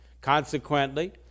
Consequently